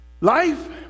Life